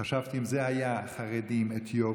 חשבתי: אם אלה היו חרדים, אתיופים,